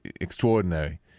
extraordinary